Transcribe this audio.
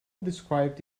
described